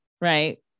right